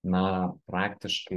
na praktiškai